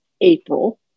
April